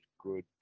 good